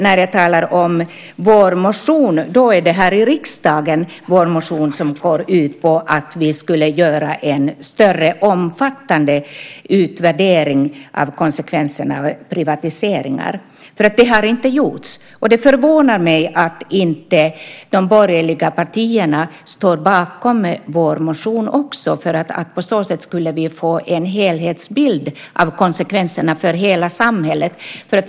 När jag talar om vår motion är det vår motion här i riksdagen som går ut på att vi skulle göra en större omfattande utvärdering av konsekvenserna av privatiseringar. Det har inte gjorts, och det förvånar mig att inte de borgerliga partierna står bakom vår motion också. På så sätt skulle vi få en helhetsbild av konsekvenserna för hela samhället.